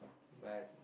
but